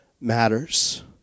matters